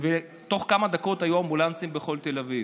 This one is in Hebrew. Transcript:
ותוך כמה דקות היו אמבולנסים בכל תל אביב.